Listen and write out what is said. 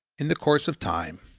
in the course of time,